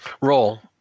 Roll